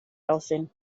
aussehen